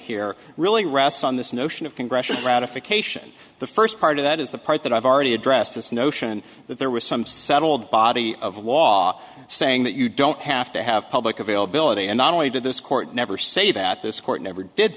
here really rests on this notion of congressional ratification the first part of that is the part that i've already addressed this notion that there was some settled body of law saying that you don't have to have public availability and not only did this court never say that this court never did